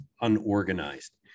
unorganized